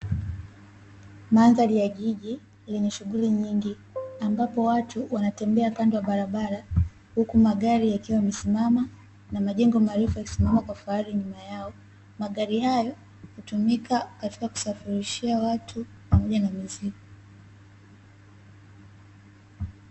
Mandhari ya jiji lenye shughuli nyingi ambapo watu wanatembea kando ya barabara, huku magari yakiwa yamesimama na majengo marefu yakisimama kwa fahari nyuma yao; magari hayo hutumika katika kusafirishia watu pamoja na mizigo.